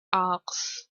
asked